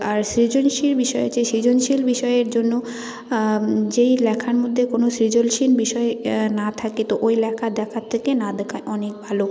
আর সৃজনশীল বিষয় আছে সৃজনশীল বিষয়ের জন্য যেই লেখার মধ্যে কোনও সৃজনশীল বিষয় না থাকে তো ওই লেখা দেখার থেকে না দেখা অনেক ভালো